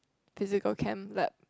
physical chem lab